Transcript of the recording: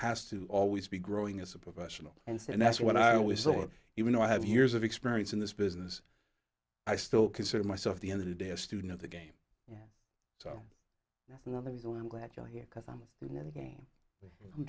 has to always be growing as a professional and so and that's what i always thought even though i have years of experience in this business i still consider myself the other day a student of the game so that's another reason why i'm glad you're here because i'm